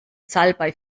salbei